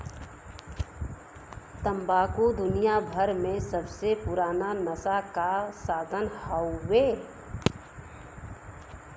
तम्बाकू दुनियाभर मे सबसे पुराना नसा क साधन हउवे